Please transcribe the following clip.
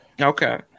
Okay